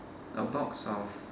a box of